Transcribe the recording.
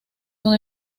son